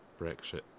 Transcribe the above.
Brexit